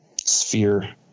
sphere